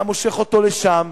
אתה מושך אותו לשם,